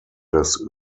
des